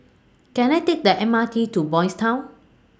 Can I Take The M R T to Boys' Town